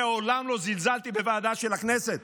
מעולם לא זלזלתי בוועדה של הכנסת.